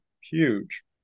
huge